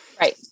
right